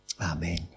Amen